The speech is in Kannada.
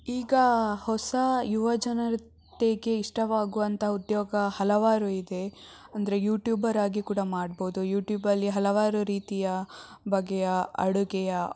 ಈಗ ಹೊಸ ಯುವ ಜನತೆಗೆ ಇಷ್ಟವಾಗುವಂಥ ಉದ್ಯೋಗ ಹಲವಾರು ಇದೆ ಅಂದರೆ ಯೂಟ್ಯೂಬರ್ ಆಗಿ ಕೂಡ ಮಾಡ್ಬೌದು ಯೂಟ್ಯೂಬಲ್ಲಿ ಹಲವಾರು ರೀತಿಯ ಬಗೆಯ ಅಡುಗೆಯ